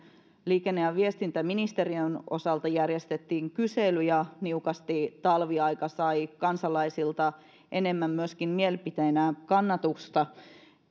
liikenne ja viestintäministeriön osalta järjestettiin kysely ja niukasti talviaika sai kansalaisilta enemmän myöskin mielipiteinä kannatusta